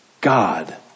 God